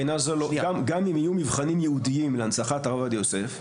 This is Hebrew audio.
גם אם יהיו מבחנים ייעודיים להנצחת הרב עובדיה יוסף,